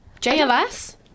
JLS